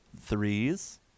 threes